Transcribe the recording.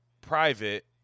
private